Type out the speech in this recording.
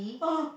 ah